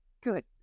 Good